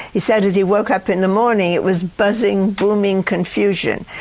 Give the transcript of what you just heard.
he said as he woke up in the morning it was buzzing, booming confusion.